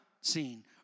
seen